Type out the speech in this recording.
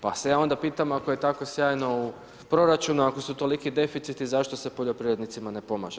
Pa se ja onda pitam ako je tako sjajno u proračunu, ako su toliki deficiti zašto se poljoprivrednicima ne pomaže.